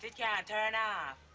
yeah turn off?